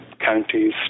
counties